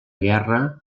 guerra